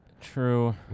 True